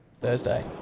Thursday